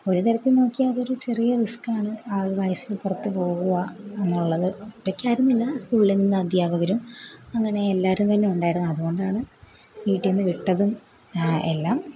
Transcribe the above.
ഒരു തരത്തിൽ നോക്കിയാൽ അതൊരു ചെറിയ റിസ്ക്കാണ് ആ ഒരു വയസ്സിൽ പുറത്ത് പോവുക എന്നുള്ളത് ഒറ്റക്കായിരുന്നില്ല സ്കൂളിൽ നിന്ന് അദ്ധ്യാപകരും അങ്ങനെ എല്ലാരും തന്നെ ഉണ്ടായിരുന്നു അത് കൊണ്ടാണ് വീട്ടിൽ നിന്ന് വിട്ടതും ഞാ എല്ലാം